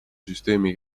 süsteemi